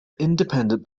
independent